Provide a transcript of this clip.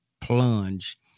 plunge